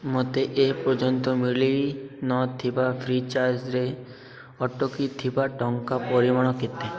ମୋତେ ଏ ପର୍ଯ୍ୟନ୍ତ ମିଳି ନଥିବା ଫ୍ରି ଚାର୍ଜ୍ରେ ଅଟକିଥିବା ଟଙ୍କା ପରିମାଣ କେତେ